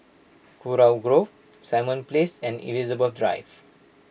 Kurau Grove Simon Place and Elizabeth Drive